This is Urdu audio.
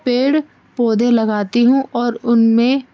پیڑ پودے لگاتی ہوں اور ان میں